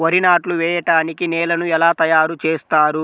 వరి నాట్లు వేయటానికి నేలను ఎలా తయారు చేస్తారు?